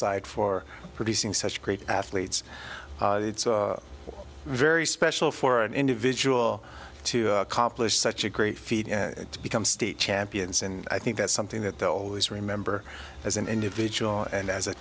side for producing such great athletes it's a very special for an individual to accomplish such a great feat to become state champions and i think that's something that they'll always remember as an individual and as a